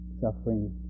suffering